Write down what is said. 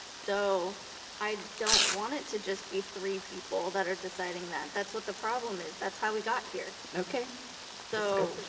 so i don't want it to just be three people that are deciding that. that's what the problem is. that's how we got here. i so